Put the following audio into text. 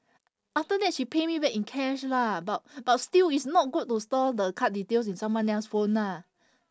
after that she pay me back in cash lah but but still it's not good to store the card details in someone else phone lah